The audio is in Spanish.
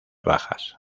bajas